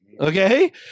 okay